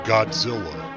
Godzilla